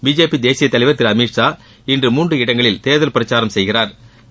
BJP தேசியத்தலைவா் திரு அமீத் ஷா இன்று மூன்று இடங்களில் தேர்தல் பிரச்சாரம் செய்கிறாா்